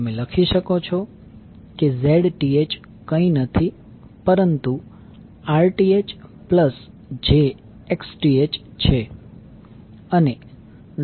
તમે લખી શકો કે Zth કંઈ નથી પરંતુ Rth j Xth છે